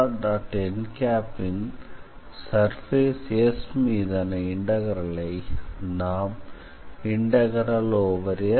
nன் surface S மீதான இன்டெக்ரலை நாம் SF